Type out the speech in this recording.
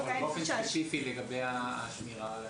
באופן ספציפי לגבי השמירה.